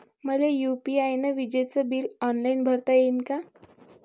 मले यू.पी.आय न विजेचे बिल ऑनलाईन भरता येईन का?